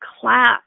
class